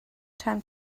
time